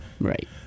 Right